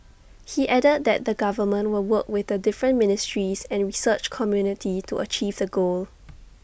he added that the government will work with the different ministries and research community to achieve the goal